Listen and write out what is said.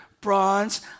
bronze